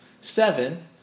seven